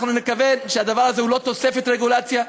נקווה שהדבר הזה הוא לא תוספת רגולציה,